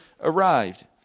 arrived